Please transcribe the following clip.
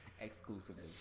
exclusively